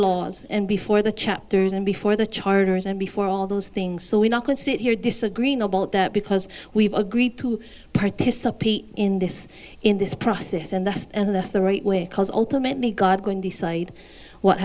laws and before the chapters and before the charters and before all those things so we're not going to sit here disagreeing about that because we've agreed to participate in this in this process and the and that's the right way because ultimately god going decide what